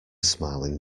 smiling